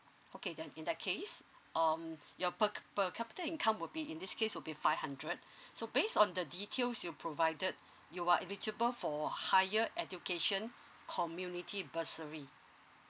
okay then in that case um your per per capita income will be in this case will be five hundred so based on the details you provided you are eligible for higher education community bursary